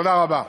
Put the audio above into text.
תודה רבה.